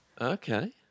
okay